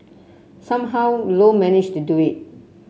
somehow Low managed to do it